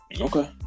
Okay